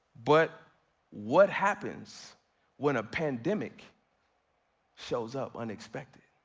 but what happens when a pandemic shows up unexpected?